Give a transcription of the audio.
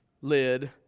lid